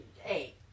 Hey